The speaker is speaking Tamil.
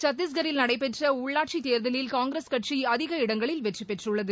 சத்தீஷ்கரில் நடைபெற்று உள்ளாட்சித்தேர்தலில் காங்கிரஸ் கட்சி அதிக இடங்களில் வெற்றி பெற்றுள்ளது